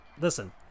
Listen